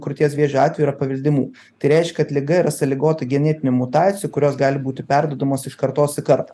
krūties vėžio atvejų yra paveldimų tai reiškia kad liga yra sąlygota genetinių mutacijų kurios gali būti perduodamos iš kartos į kartą